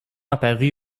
apparue